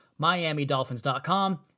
MiamiDolphins.com